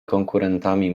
konkurentami